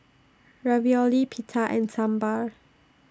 Ravioli Pita and Sambar